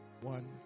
One